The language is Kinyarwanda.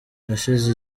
hashize